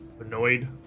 annoyed